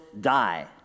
die